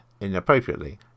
inappropriately